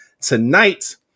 tonight